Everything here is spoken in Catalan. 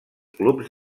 clubs